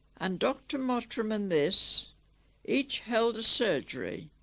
and dr mottram in this each held a surgery